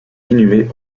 inhumé